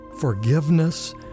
forgiveness